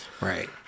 Right